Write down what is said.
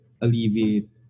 alleviate